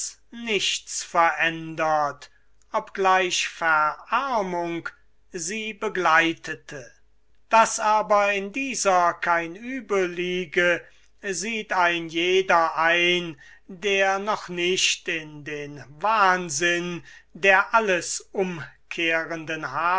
nichts verändert obgleich verarmung sie begleitete daß aber in dieser kein uebel liege sieht ein jeder ein der noch nicht in den wahnsinn der alles umkehrenden